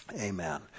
Amen